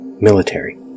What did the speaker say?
Military